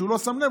הוא לא שם לב,